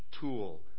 tool